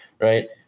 right